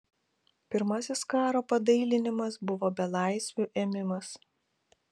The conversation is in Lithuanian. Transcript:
pirmasis karo padailinimas buvo belaisvių ėmimas